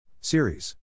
Series